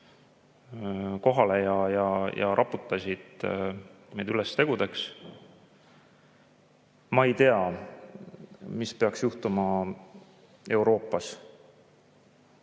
kohale ja raputasid meid üles tegudeks. Ma ei tea, mis peaks juhtuma Euroopas,